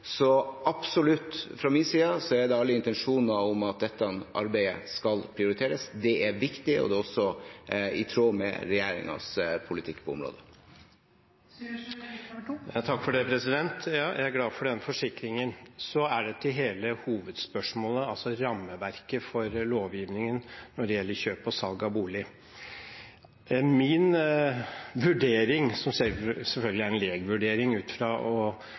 Så fra min side har jeg absolutt alle intensjoner om at dette arbeidet skal prioriteres. Det er viktig, og det er også i tråd med regjeringens politikk på området. Jeg er glad for den forsikringen. Så er det til selve hovedspørsmålet, altså rammeverket for lovgivningen når det gjelder kjøp og salg av bolig. Min vurdering, som selvfølgelig er en lekvurdering ut fra å ha hørt mange historier som gjør stort inntrykk, hvor forsikringsbransjen haler og